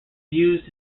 used